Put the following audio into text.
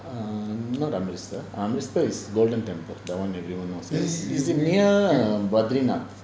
err not amritsar is golden temple that one not many people know it's near badrinath